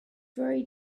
very